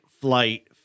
flight